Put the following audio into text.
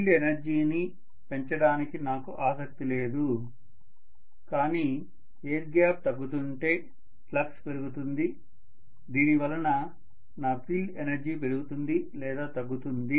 field ఎనర్జీని పెంచడానికి నాకు ఆసక్తి లేదు కాని ఎయిర్ గ్యాప్ తగ్గుతుంటే ఫ్లక్స్ పెరుగుతుంది దీనివల్ల నా ఫీల్డ్ ఎనర్జీ పెరుగుతుంది లేదా తగ్గుతుంది